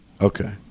Okay